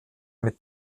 mit